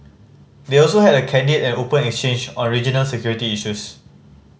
they also had a candid and open exchange on regional security issues